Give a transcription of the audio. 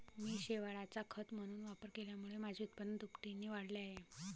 मी शेवाळाचा खत म्हणून वापर केल्यामुळे माझे उत्पन्न दुपटीने वाढले आहे